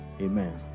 amen